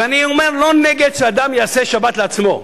ואני אומר, אני לא נגד שאדם יעשה שבת לעצמו.